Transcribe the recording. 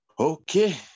Okay